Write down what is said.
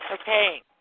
Okay